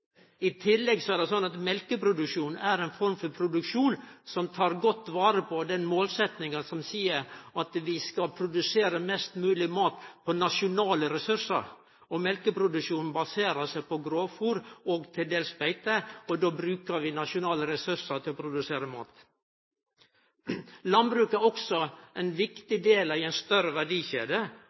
I tillegg er det sånn at mjølkeproduksjonen er ei form for produksjon som tek godt vare på den målsetjinga som seier at vi skal produsere mest mogleg mat på nasjonale ressursar. Mjølkeproduksjonen baserer seg på grovfôr og til dels beite, og då bruker vi nasjonale ressursar til å produsere mat. Landbruket er også ein viktig del i ei større verdikjede,